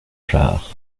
jard